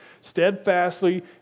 steadfastly